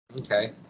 okay